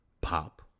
pop